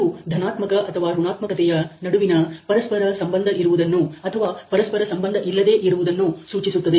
ಇದು ಧನಾತ್ಮಕ ಅಥವಾ ಋಣಾತ್ಮಕತೆಯ ನಡುವಿನ ಪರಸ್ಪರ ಸಂಬಂಧ ಇರುವುದನ್ನು ಅಥವಾ ಪರಸ್ಪರ ಸಂಬಂಧ ಇಲ್ಲದೆ ಇರುವುದನ್ನು ಸೂಚಿಸುತ್ತದೆ